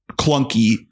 clunky